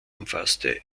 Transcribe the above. umfasste